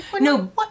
No